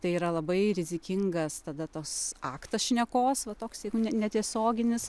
tai yra labai rizikingas tada tos aktas šnekos va toksai jeigu ne netiesioginis